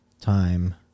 time